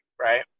right